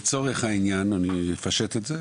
לצורך העניין אני אפשט את זה.